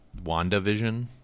WandaVision